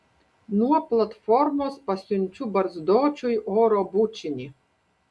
nuo platformos pasiunčiu barzdočiui oro bučinį